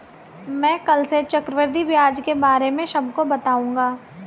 मैं कल से चक्रवृद्धि ब्याज के बारे में सबको बताऊंगा